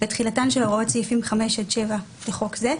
ותחילתן של הוראות סעיפים 5 עד 7 לחוק זה,